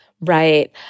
Right